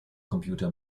computer